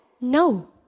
No